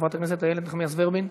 חברת הכנסת איילת נחמיאס ורבין.